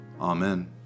Amen